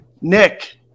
Nick